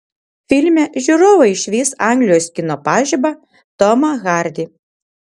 filme žiūrovai išvys anglijos kino pažibą tomą hardy